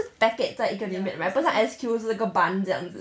packet 在一个里面 right but S_Q 是一个 bun 这样子